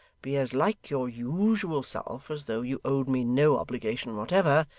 be as like your usual self as though you owed me no obligation whatever,